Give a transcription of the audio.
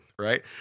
right